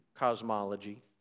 cosmology